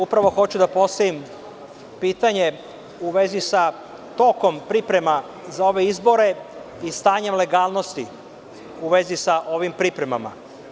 Upravo hoću da postavim pitanje u vezi sa tokom priprema za ove izbore i stanjem legalnosti, u vezi sa ovim pripremama.